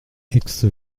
aix